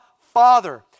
Father